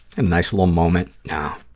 and nice little moment? no,